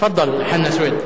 תפאדל, חנא סוייד.